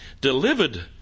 delivered